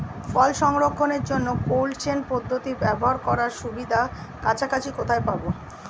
ফল সংরক্ষণের জন্য cold chain পদ্ধতি ব্যবহার করার সুবিধা কাছাকাছি কোথায় পাবো?